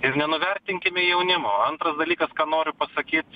ir nenuvertinkime jaunimo antras dalykas ką noriu pasakyt